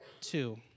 two